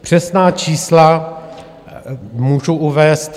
Přesná čísla můžu uvést.